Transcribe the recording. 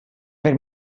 per